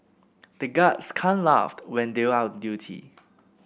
the guards can't laugh when they are on duty